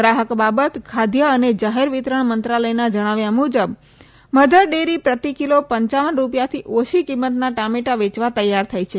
ગ્રાહક બાબત ખાદ્ય અને જાહેર વિતરણ મંત્રાલયના જણાવ્યા મુજબ મધર ડેરી પ્રતિકીલો પંચાવન રૂપિયાથી ઓછી કિંમતમાં ટામેટા વેચવા તૈયાર થઇ છે